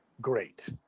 great